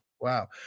wow